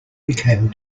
became